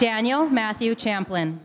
daniel matthew champlin